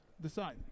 decide